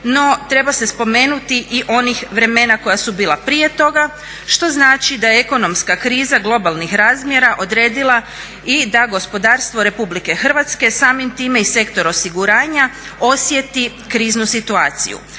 no treba se spomenuti i onih vremena koja su bila prije toga što znači da ekonomska kriza globalnih razmjera odredila i da gospodarstvo RH samim time i sektor osiguranja osjeti kriznu situaciju.